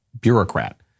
bureaucrat